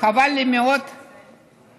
חבל לי מאוד שהשר